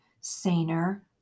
saner